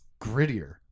grittier